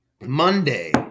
Monday